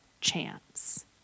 chance